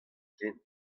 ken